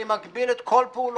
אני מגביל את כל פעולותיו,